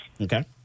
Okay